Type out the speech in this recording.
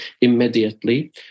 immediately